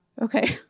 Okay